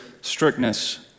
strictness